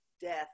death